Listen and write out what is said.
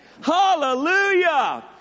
Hallelujah